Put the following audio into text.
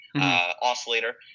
oscillator